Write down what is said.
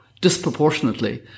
disproportionately